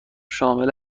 شامل